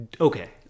Okay